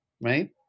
right